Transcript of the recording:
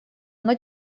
оно